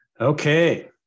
Okay